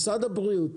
משרד הבריאות,